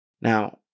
Now